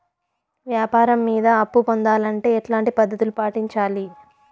వ్యాపారం మీద అప్పు పొందాలంటే ఎట్లాంటి పద్ధతులు పాటించాలి?